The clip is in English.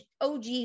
OG